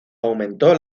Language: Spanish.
aumentó